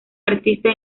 artista